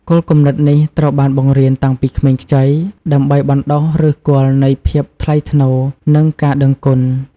គោលគំនិតនេះត្រូវបានបង្រៀនតាំងពីក្មេងខ្ចី ដើម្បីបណ្ដុះឫសគល់នៃភាពថ្លៃថ្នូរ និងការដឹងគុណ។